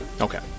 Okay